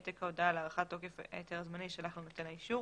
העתק ההודעה על הארכת תוקף ההיתר הזמני יישלח לנותן האישור".